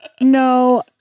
no